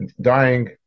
dying